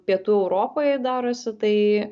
pietų europoj darosi tai